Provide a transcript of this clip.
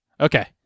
Okay